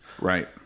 right